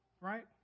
Right